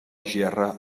gerra